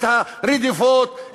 את הרדיפות,